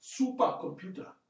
supercomputer